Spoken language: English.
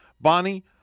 Bonnie